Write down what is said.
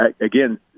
again –